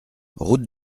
route